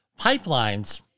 pipelines